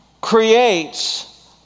creates